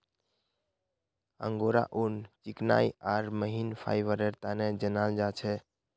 angora ऊन चिकनाई आर महीन फाइबरेर तने जाना जा छे